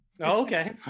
Okay